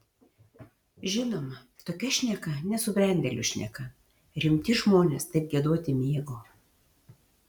žinoma tokia šneka nesubrendėlių šneka rimti žmonės taip giedoti mėgo